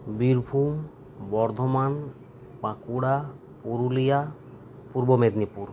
Birbhum Bardhaman Bankura Purulia Purba Medinipur